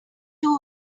too